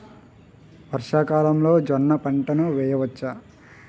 వర్షాకాలంలో జోన్న పంటను వేయవచ్చా?